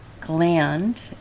gland